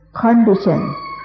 condition